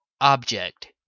Object